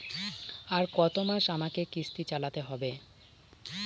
আর কতমাস আমাকে কিস্তি চালাতে হবে?